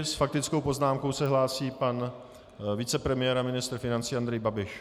S faktickou poznámkou se hlásí pan vicepremiér a ministr financí Andrej Babiš.